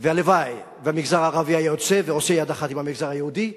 והלוואי שהמגזר הערבי היה יוצא ועושה יד אחת עם המגזר היהודי.